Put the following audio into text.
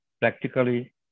practically